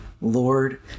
Lord